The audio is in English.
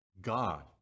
God